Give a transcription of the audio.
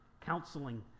counseling